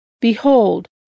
Behold